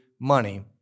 money